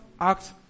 act